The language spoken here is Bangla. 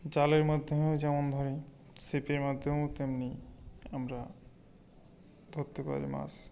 জালের মাধ্যমেও যেমন ধরি ছিপের মাধ্যমেও তেমনি আমরা ধরতে পারি মাছ